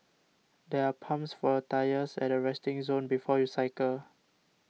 there are pumps for your tyres at the resting zone before you cycle